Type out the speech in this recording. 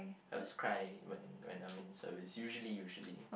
I always cry when when I'm in service usually usually